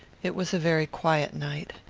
it was a very quiet night.